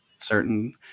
certain